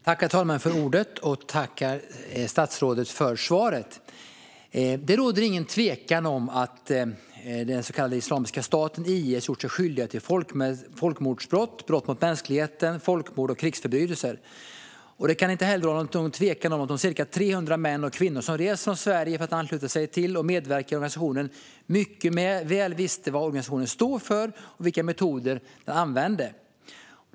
Herr talman! Tack, statsrådet, för svaret! Det råder ingen tvekan om att den så kallade Islamiska staten, IS, har gjort sig skyldig till folkrättsbrott, brott mot mänskligheten, folkmord och krigsförbrytelser. Det kan inte heller råda någon tvekan om att de ca 300 män och kvinnor som rest från Sverige för att ansluta sig till och medverka i organisationen mycket väl visste vad den stod för och vilka metoder den använde.